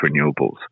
renewables